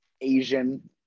Asian